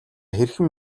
хэрхэн